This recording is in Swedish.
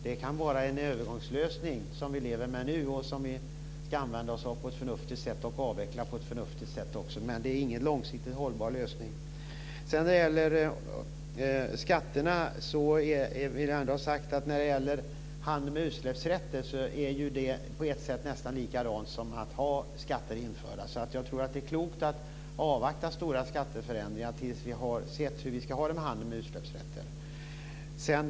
Det kan vara en övergångslösning som vi nu lever med och som vi ska använda oss av på ett förnuftigt sätt och också avveckla på ett förnuftigt sätt, men en långsiktigt hållbar lösning är det alltså inte. Handeln med utsläppsrätter är på ett sätt nästan samma sak som att ha skatter införda. Jag tror därför att det är klokt att avvakta med stora skatteförändringar tills vi har sett hur vi ska ha det med handeln med utsläppsrätter.